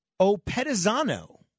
Opetizano